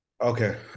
Okay